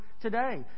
today